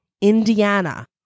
Indiana